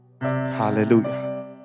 hallelujah